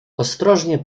ostrożnie